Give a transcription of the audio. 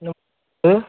नमस्ते